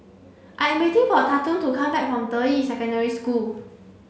I am waiting for Tatum to come back from Deyi Secondary School